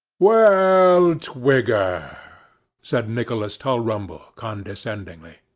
well, twigger said nicholas tulrumble, condescendingly.